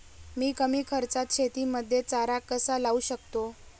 मी कमी खर्चात शेतीमध्ये चारा कसा लावू शकतो?